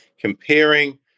Comparing